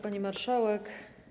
Pani Marszałek!